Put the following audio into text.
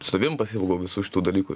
su savim pasiilgau visų šitų dalykų